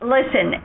Listen